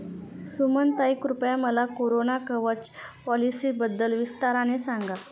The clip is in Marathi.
सुमनताई, कृपया मला कोरोना कवच पॉलिसीबद्दल विस्ताराने सांगा